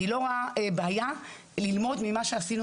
אני לא רואה בעיה ללמוד ממה שעשינו